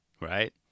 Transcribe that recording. Right